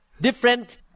different